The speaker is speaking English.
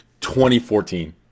2014